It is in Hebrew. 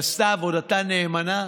היא עשתה עבודתה נאמנה,